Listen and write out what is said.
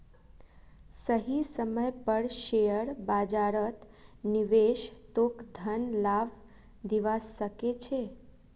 सही समय पर शेयर बाजारत निवेश तोक धन लाभ दिवा सके छे